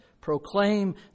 proclaim